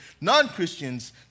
non-Christians